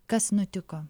kas nutiko